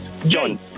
john